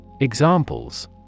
Examples